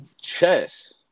chess